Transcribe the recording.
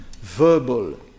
verbal